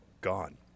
gone